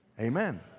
Amen